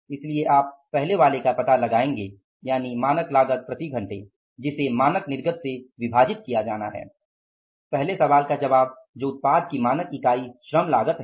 इसलिए आप पहले वाले का पता लगाएंगे पहले सवाल का जवाब जो उत्पाद की मानक इकाई श्रम लागत है